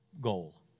goal